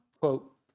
quote